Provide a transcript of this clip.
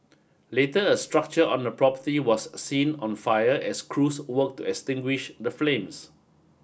later a structure on the property was seen on fire as crews worked to extinguish the flames